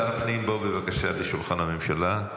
שר הפנים, בוא בבקשה לשולחן הממשלה.